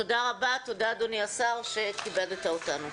תודה רבה, תודה, אדוני השר, שכיבדת אותנו.